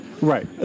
Right